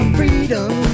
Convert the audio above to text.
freedom